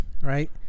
right